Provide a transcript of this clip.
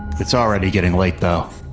it's already getting late though.